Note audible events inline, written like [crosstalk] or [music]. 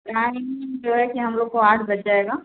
आने [unintelligible] जो है कि हम लोग को आठ बज जाएगा